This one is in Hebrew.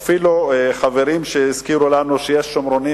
הצ'רקסי, חברים אפילו הזכירו לנו שיש שומרונים,